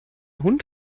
hund